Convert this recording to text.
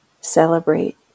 Celebrate